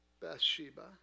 Bathsheba